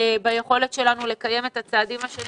ביכולת שלנו לקיים את הצעדים השונים